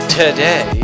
today